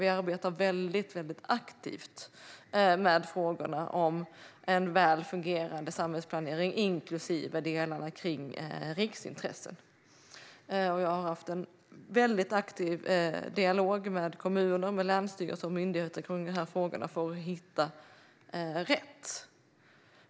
Vi arbetar aktivt med frågan om en väl fungerande samhällsplanering, inklusive delarna kring riksintressen. Och jag har haft en aktiv dialog med kommuner, länsstyrelser och myndigheter kring frågan för att hitta rätt.